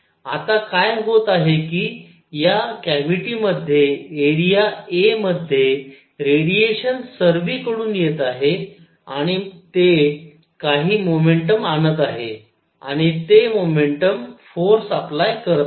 आता काय होत आहे की या कॅव्हिटी मध्ये येथे एरिया a मध्ये रेडिएशन सार्विकडून येत आहे आणि ते काही मोमेंटम आणत आहे आणि ते मोमेंटम फोर्स अप्लाय करत आहे